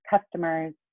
customers